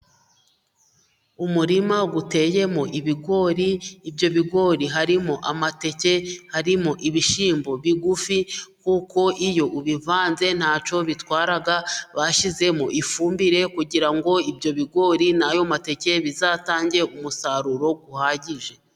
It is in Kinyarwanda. Umurima uteyemo ibigori. Ibyo bigori, harimo amateke, harimo ibishyimbo bigufi, kuko iyo ubivanze nta cyo bitwara, bashyizemo ifumbire kugira ngo ibyo bigori n'ayo mateke bizatange umusaruro uhagije.